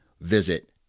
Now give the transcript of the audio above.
visit